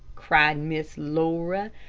cried miss laura.